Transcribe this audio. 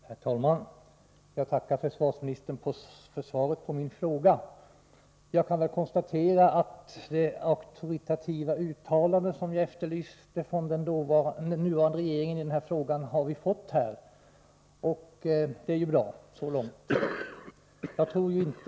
Herr talman! Jag tackar försvarsministern för svaret på min fråga. Jag kan väl konstatera att vi här har fått det auktoritativa uttalande som jag efterlyste från den nuvarande regeringen, och så långt är det ju bra.